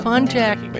Contact